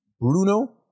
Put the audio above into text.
Bruno